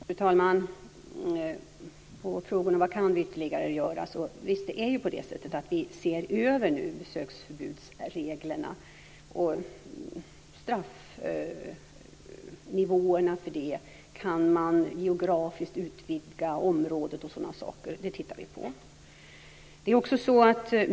Fru talman! När det gäller frågan om vad vi ytterligare kan göra, ser vi nu över besöksförbudsreglerna. Straffnivåerna, möjligheten att geografiskt utvidga området och sådana saker tittar vi på.